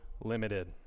limited